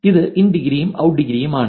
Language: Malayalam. ഇത് ഇൻ ഡിഗ്രിയും ഔട്ട് ഡിഗ്രിയുമാണ്